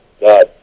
God